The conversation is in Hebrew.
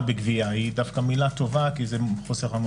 בגבייה אלא דווקא מילה טובה כי זה חוסך.